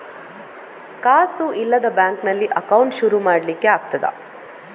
ಕಾಸು ಇಲ್ಲದ ಬ್ಯಾಂಕ್ ನಲ್ಲಿ ಅಕೌಂಟ್ ಶುರು ಮಾಡ್ಲಿಕ್ಕೆ ಆಗ್ತದಾ?